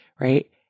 right